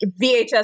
VHS